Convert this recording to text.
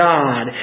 God